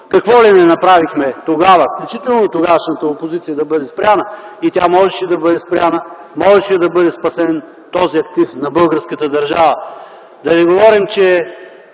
Какво ли не направихме тогава, включително тогавашната опозиция да бъде спряна и тя можеше да бъде спряна, можеше да бъде спасен този актив на българската държава. Да не говорим, че